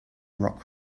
rock